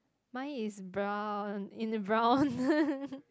my is brown in the brown